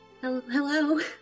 Hello